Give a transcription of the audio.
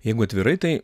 jeigu atvirai tai